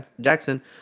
Jackson